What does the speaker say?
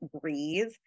breathe